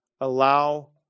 allow